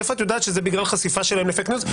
מאיפה את יודעת שזה בגלל חשיפה שלהם ל"פייק ניוז"?